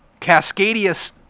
Cascadia